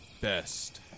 best